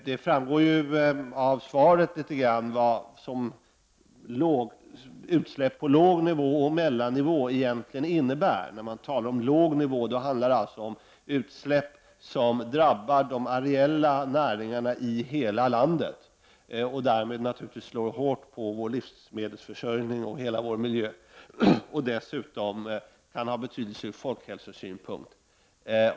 Av svaret framgår litet vad utsläpp på låg nivå och mellannivå egentligen innebär. När man talar om låg nivå handlar det alltså om utsläpp som drabbar de areella näringarna i hela landet — och därmed naturligtvis slår hårt mot vår livsmedelsförsörjning och hela vår miljö. Dessutom kan det ha betydelse från folkhälsosynpunkt.